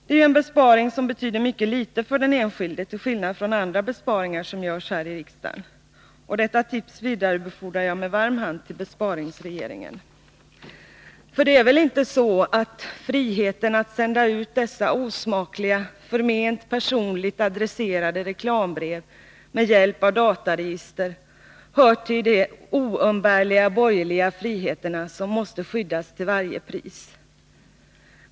Det är ju en besparing som betyder mycket litet för den enskilde till skillnad från andra besparingar som görs här i riksdagen. Detta tips vidarebefordrar jag med varm hand till besparingsregeringen. För friheten att sända ut dessa osmakliga förment personligt adresserade reklambrev med hjälp av dataregister hör väl inte till de oumbärliga borgerliga friheter som måste skyddas till varje pris.